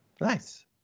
Nice